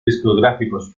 discográficos